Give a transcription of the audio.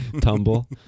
tumble